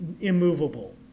immovable